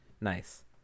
nice